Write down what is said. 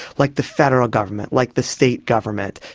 like the federal government, like the state government.